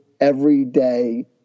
everyday